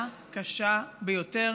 נמצאת בבעיה קשה ביותר